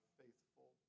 faithful